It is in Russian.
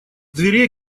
дверей